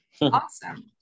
Awesome